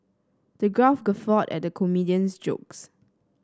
the crowd guffawed at the comedian's jokes